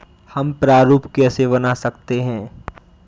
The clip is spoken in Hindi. हम प्रारूप कैसे बना सकते हैं?